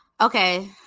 Okay